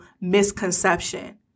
misconception